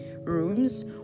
rooms